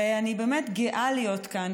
אני באמת גאה להיות כאן,